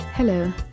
Hello